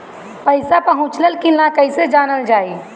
पैसा पहुचल की न कैसे जानल जाइ?